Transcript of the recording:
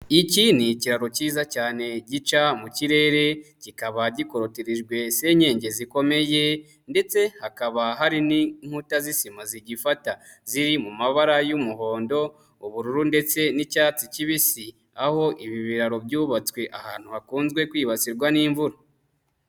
Iki ni ikiraro cyiza cyane gica mu kirere kikaba gikoroterijwe senyenge zikomeye ndetse hakaba hari n'inkuta z'isima zigifata ziri mu mabara y'umuhondo ubururu ndetse n'icyatsi kibisi, aho ibi biraro byubatswe ahantu hakunzezwe kwibasirwa n'imvura.